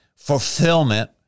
Fulfillment